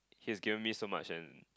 his given me so much and